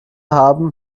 haben